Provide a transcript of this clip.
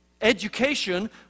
education